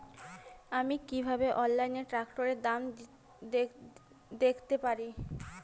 আমি কিভাবে অনলাইনে ট্রাক্টরের দাম দেখতে পারি?